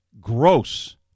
gross